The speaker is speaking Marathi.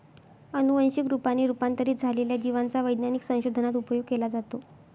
अनुवंशिक रूपाने रूपांतरित झालेल्या जिवांचा वैज्ञानिक संशोधनात उपयोग केला जातो